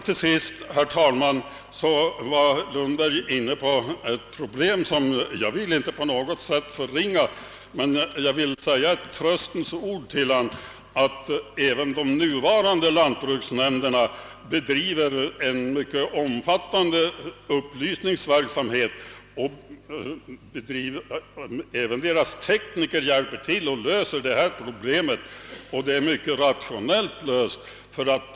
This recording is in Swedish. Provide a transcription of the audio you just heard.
Till sist, herr talman, var herr Lundberg inne på ett problem som jag inte på något sätt vill förringa. Men jag vill säga ett tröstens ord till honom: Även de nuvarande lantbruksnämnderna bedriver en mycket omfattande upplysningsverksamhet. Deras tekniker hjälper till att lösa det nämnda problemet och det är mycket rationellt löst.